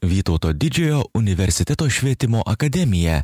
vytauto didžiojo universiteto švietimo akademija